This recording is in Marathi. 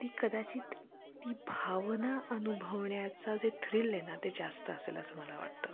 ती कदाचित ती भावना अनुभवण्याचा जे थ्रिल आहे ना ते जास्त असेल असं मला वाटतं